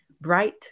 Bright